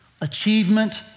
achievement